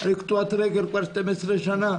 אני קטוע רגל כבר 12 שנה.